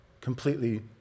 completely